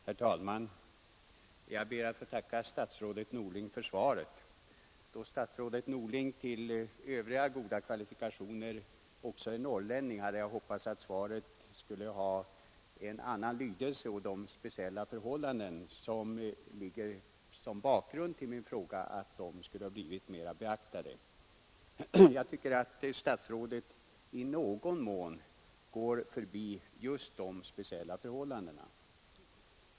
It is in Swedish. Herr talman! Jag ber att få tacka statsrådet Norling för svaret. Då statsrådet Norling till övriga kvalifikationer också kan räkna att han är norrlänning hade jag hoppats att svaret skulle ha en annan lydelse och att de speciella förhållanden som utgör bakgrund till min fråga mer skulle ha beaktats. Jag tycker att statsrådet i någon mån går förbi just dessa speciella förhållanden.